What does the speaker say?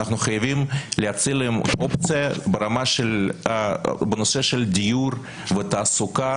אנחנו חייבים להציע להם אופציה בנושא של דיור ותעסוקה,